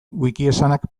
wikiesanak